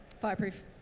Fireproof